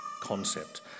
concept